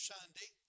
Sunday